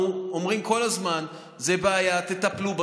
אנחנו אומרים כל הזמן: זאת בעיה, תטפלו.